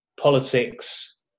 politics